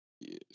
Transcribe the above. Yes